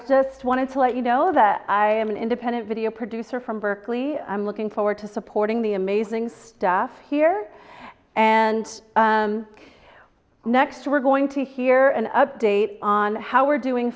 just wanted to let you know that i am an independent video producer from berkeley i'm looking forward to supporting the amazing staff here and next we're going to hear an update on how we're doing